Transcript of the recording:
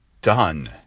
done